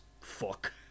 fuck